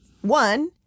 one